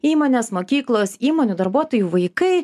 įmonės mokyklos įmonių darbuotojų vaikai